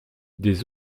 des